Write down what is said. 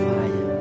Fire